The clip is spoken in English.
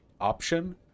option